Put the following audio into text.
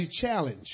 challenge